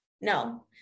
no